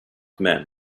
men